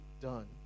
done